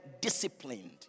disciplined